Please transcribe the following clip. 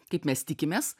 kaip mes tikimės